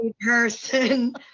person